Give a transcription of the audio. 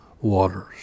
waters